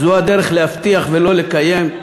זו הדרך, להבטיח ולא לקיים?